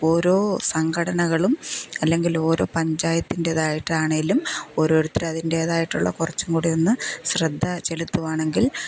ഓരോ സംഘടനകളും അല്ലെങ്കിൽ ഓരോ പഞ്ചായത്തിൻ്റേതായിട്ടാണെലും ഓരോരുത്തരും അതിൻ്റേതായിട്ടുള്ള കുറിച്ചും കൂടെ ഒന്ന് ശ്രദ്ധ ചെലുത്തുവാണെങ്കിൽ